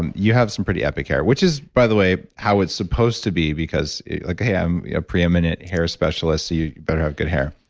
and you have some pretty epic hair which is, by the way, how it's supposed to be because like you're a pre-eminent hair specialist you you better have good hair.